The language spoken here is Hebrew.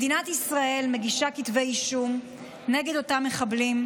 מדינת ישראל מגישה כתבי אישום נגד אותם מחבלים,